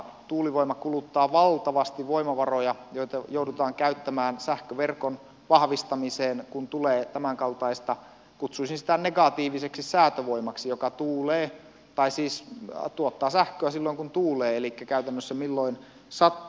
tuulivoima kuluttaa valtavasti voimavaroja joita joudutaan käyttämään sähköverkon vahvistamiseen kun tulee tämänkaltaista kutsuisin sitä negatiiviseksi säätövoimaksi joka siis tuottaa sähköä silloin kun tuulee elikkä käytännössä milloin sattuu